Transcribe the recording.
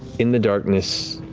in the darkness,